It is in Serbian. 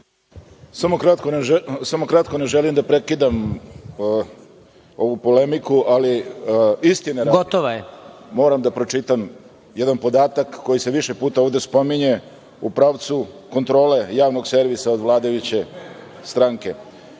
Samo kratko, ne želim da prekidam ovu polemiku, ali istine radi moram da pročitam jedan podatak koji se više puta ovde spominje u pravcu kontrole Javnog servisa od vladajuće stranke.U